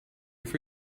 for